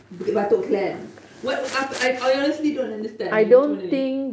bukit batok clan what what I honestly don't understand macam mana ni